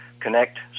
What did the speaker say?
connect